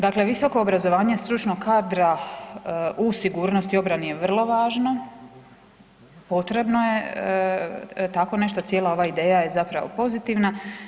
Dakle, visoko obrazovanje stručnog kadra u sigurnosti i obrani je vrlo važno, potrebno je, tako nešto cijela ova ideja je zapravo pozitivna.